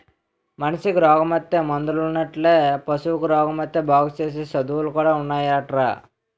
మనిసికి రోగమొత్తే మందులున్నట్లే పశువులకి రోగమొత్తే బాగుసేసే సదువులు కూడా ఉన్నాయటరా